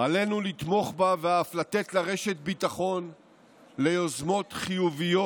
עלינו לתמוך בה ואף לתת לה רשת ביטחון ליוזמות חיוביות,